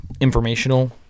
informational